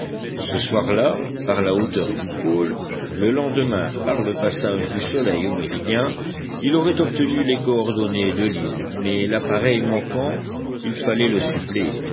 ce soir-là par la hauteur du pôle le lendemain par le passage du soleil au méridien il aurait obtenu les coordonnées de l'île mais l'appareil manquant il fallait le suppléer